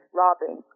robbing